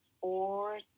four